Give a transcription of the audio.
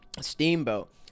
steamboat